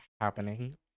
happening